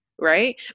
right